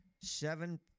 seven –